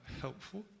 helpful